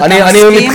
אם אתה רוצה,